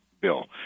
bill